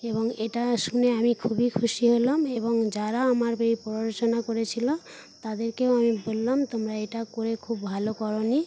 এবং এটা শুনে আমি খুবই খুশি হলাম এবং যারা আমার প্ররোচনা করেছিল তাদেরকেও আমি বললাম তোমরা এটা করে খুব ভালো করোনি